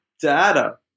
data